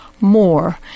more